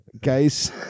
guys